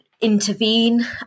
Intervene